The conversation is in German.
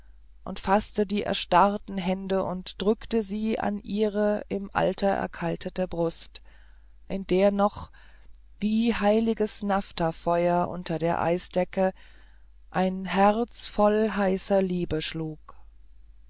und faßte die erstarrten hände und drückte sie an ihre im alter erkaltete brust in der noch wie heiliges naphthafeuer unter der eisdecke ein herz voll heißer liebe schlug